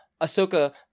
Ahsoka